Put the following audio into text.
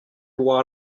dois